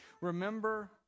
Remember